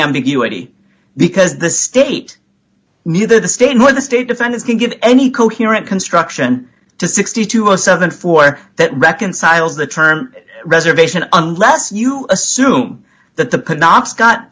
ambiguity because the state neither the state nor the state defense can give any coherent construction to sixty two or seventy four that reconciles the term reservation unless you assume that the